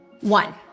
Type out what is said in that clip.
One